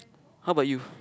how about you